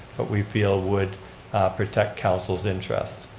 but we feel would protect council's interest.